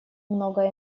много